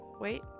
Wait